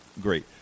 Great